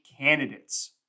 candidates